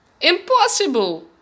Impossible